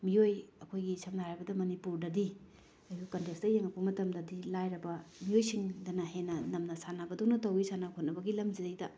ꯃꯤꯑꯣꯏ ꯑꯩꯈꯣꯏꯒꯤ ꯁꯝꯅ ꯍꯥꯏꯔꯕꯗ ꯃꯅꯤꯄꯨꯔꯗꯗꯤ ꯑꯩꯈꯣꯏ ꯀꯟꯇꯦꯛꯁꯇ ꯌꯦꯡꯉꯛꯄ ꯃꯇꯝꯗꯗꯤ ꯂꯥꯏꯔꯕ ꯃꯤꯑꯣꯏꯁꯤꯡꯗꯅ ꯍꯦꯟꯅ ꯅꯝꯅ ꯁꯥꯟꯅꯕꯗꯧꯅ ꯇꯧꯏ ꯁꯥꯟꯅ ꯈꯣꯠꯅꯕꯒꯤ ꯂꯝꯁꯤꯗꯩꯗ